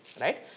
right